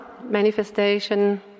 manifestation